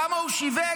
כמה הוא שיווק?